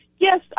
Yes